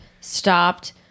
stopped